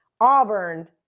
Auburn